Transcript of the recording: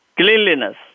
cleanliness